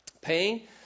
Pain